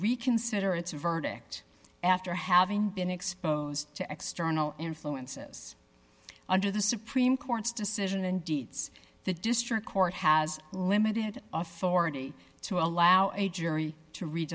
reconsider its verdict after having been exposed to external influences under the supreme court's decision and dietz the district court has limited authority to allow a jury to rea